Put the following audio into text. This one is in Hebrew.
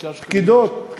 פקידות.